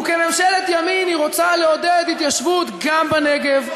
וכממשלת ימין היא רוצה לעודד התיישבות גם בנגב,